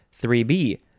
3B